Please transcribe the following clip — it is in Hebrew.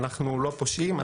אנחנו לא פושעים,